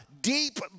deep